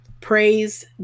Praise